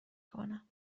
کنم